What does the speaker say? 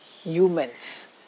humans